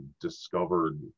discovered